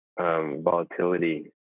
volatility